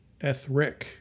Ethric